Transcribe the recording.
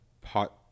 pot